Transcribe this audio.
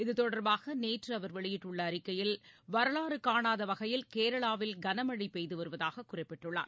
இத்தொடர்பாக நேற்றுஅவர் வெளியிட்டுள்ளஅறிக்கையில் வரலாறுகாணாதவகையில் கேரளாவில் கனமழைபெய்துவருவதாககுறிப்பிட்டுள்ளார்